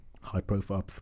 high-profile